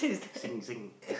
Sing Sing